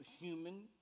human